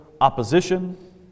opposition